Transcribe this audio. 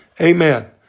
Amen